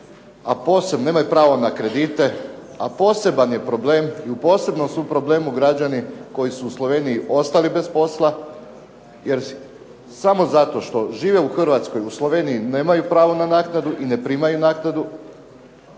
poreza, nemaju pravo na kredite, a poseban je problem i u posebnom su problemu građani koji su u Sloveniji ostali bez posla jer samo zato što žive u Hrvatskoj, u Sloveniji nemaju pravo na naknadu i ne primaju naknadu,